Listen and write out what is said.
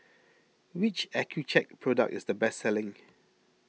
which Accucheck product is the best selling